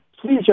please